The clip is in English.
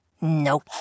Nope